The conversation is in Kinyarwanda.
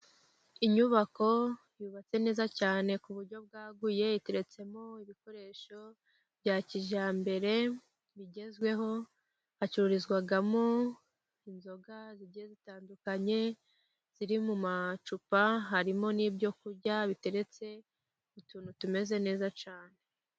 Inyubako yubatse neza cyane ku buryo bwaguye, iteretsemo ibikoresho bya kijyambere bigezweho, hacururizwamo inzoga zigiye zitandukanye, ziri mu macupa, harimo n'ibyo kurya biteretse k'utuntu tumeze neza cyane.